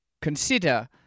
consider